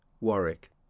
Warwick